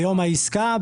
ביום העסקה,